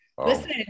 Listen